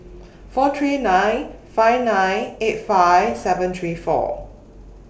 four three nine five nine eight five seven three four